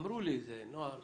אמרו לי, זה נוער חרדי,